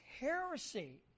heresy